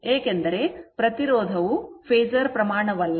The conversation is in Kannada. ಏಕೆಂದರೆ ಪ್ರತಿರೋಧವು ಒಂದು ಫೇಸರ್ ಪರಿಮಾಣವಲ್ಲ